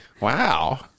wow